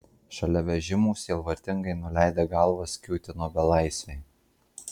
šalia vežimų sielvartingai nuleidę galvas kiūtino belaisviai